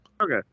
okay